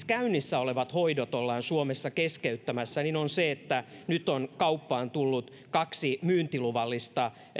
käynnissä olevat hoidot ollaan suomessa keskeyttämässä on se että nyt on kauppaan tullut kaksi myyntiluvallista